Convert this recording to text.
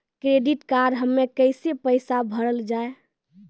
Credit card हम्मे कैसे पैसा भरल जाए?